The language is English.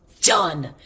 done